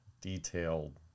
detailed